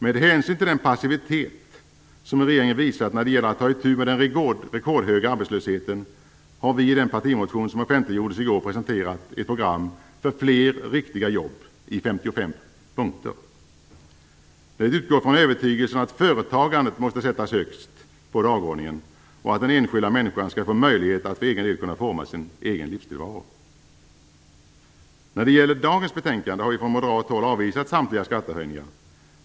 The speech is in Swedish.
Med hänsyn till den passivitet som regeringen visat när det gäller att ta itu med den rekordhöga arbetslösheten har vi i den partimotion som offentliggjordes i går presenterat ett program för fler riktiga jobb i 55 punkter. Det utgår från övertygelsen att företagandet måste sättas högst på dagordningen och att den enskilda människan skall få möjlighet att för egen del kunna forma sin egen livstillvaro. När det gäller dagens betänkande har vi från moderat håll avvisat samtliga skattehöjningar.